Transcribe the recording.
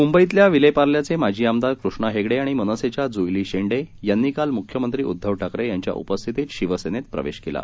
मुंबईतल्याविलेपार्ल्याचेमाजीआमदारकृष्णाहेगडेआणिमनसेच्याजुईलीशेंडेयांनी कालमुख्यमंत्रीउद्धवठाकरेयांच्याउपस्थितीतशिवसेनेतप्रवेशकेला